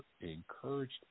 encouraged